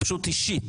היא פשוט אישית.